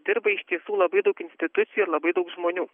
dirba iš tiesų labai daug institucijų ir labai daug žmonių